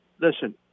Listen